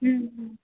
ம் ம்